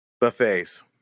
Buffets